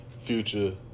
future